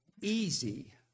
easy